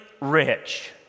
rich